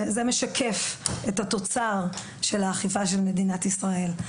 זה משקף את התוצר של האכיפה של מדינת ישראל.